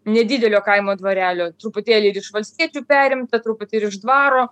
nedidelio kaimo dvarelio truputėlį iš ir valstiečių perimta truputį ir iš dvaro